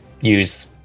use